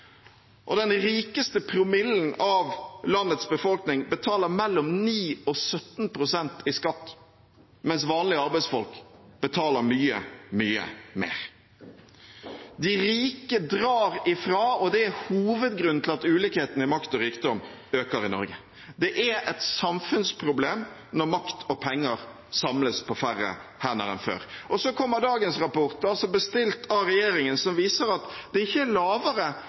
Den rikeste promillen av landets befolkning betaler mellom 9 pst. og 17 pst. i skatt, mens vanlige arbeidsfolk betaler mye, mye mer. De rike drar ifra, og det er hovedgrunnen til at ulikheten i makt og rikdom øker i Norge. Det er et samfunnsproblem når makt og penger samles på færre hender enn før. Så har vi dagens rapport, bestilt av regjeringen, som viser at det ikke er lavere,